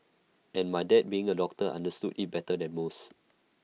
and my dad being A doctor understood IT better than most